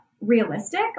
realistic